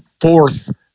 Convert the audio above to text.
fourth